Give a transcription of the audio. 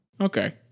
Okay